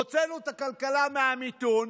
הוצאנו את הכלכלה מהמיתון,